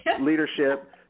leadership